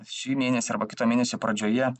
šį mėnesį arba kito mėnesio pradžioje